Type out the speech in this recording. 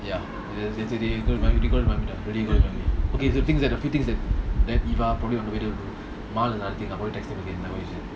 ya okay so the thing is that a few things that that eva probably I'll probably text her again like what you said